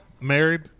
Married